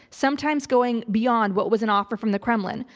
sometimes going beyond what was an offer from the kremlin.